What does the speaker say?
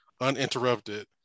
uninterrupted